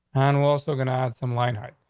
and we're also gonna have some line height.